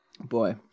Boy